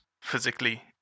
physically